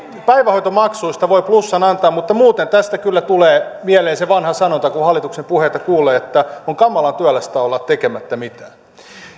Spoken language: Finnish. päivähoitomaksuista voi plussan antaa mutta muuten tästä kyllä tulee mieleen se vanha sanonta kun hallituksen puheita kuulee että on kamalan työlästä olla tekemättä mitään